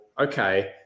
okay